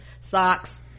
socks